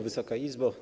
Wysoka Izbo!